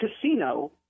casino